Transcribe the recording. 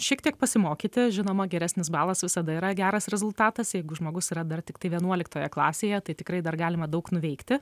šiek tiek pasimokyti žinoma geresnis balas visada yra geras rezultatas jeigu žmogus yra dar tiktai vienuoliktoje klasėje tai tikrai dar galima daug nuveikti